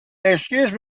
excuse